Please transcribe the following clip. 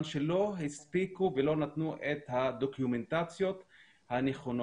שלא הספיקו ולא נתנו את הדוקומנטציות הנכונות